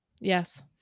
Yes